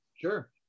Sure